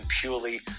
purely